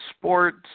sports